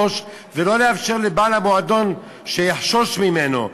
ולא לאפשר לבעל המועדון שיחשוש ממנו.